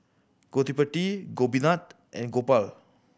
Gottipati Gopinath and Gopal